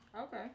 Okay